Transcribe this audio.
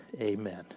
amen